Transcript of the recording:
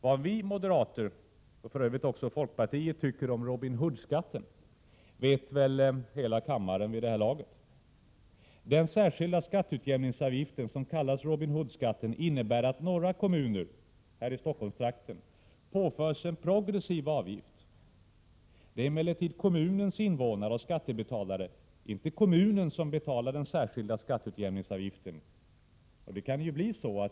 Vad vi moderater, och för övrigt också folkpartister, tycker om den kommunala skatteutjämningsavgiften, Robin Hood-skatten, vet väl hela kammaren vid det här laget. Den särskilda skatteutjämningsavgiften innebär att några kommuner här i Stockholmstrakten påförs en progressiv avgift. Det är emellertid kommunens invånare och skattebetalare, inte kommunen själv, som betalar den särskilda skatteutjämningsavgiften.